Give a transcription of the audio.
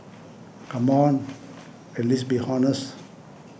come on at least be honest